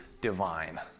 divine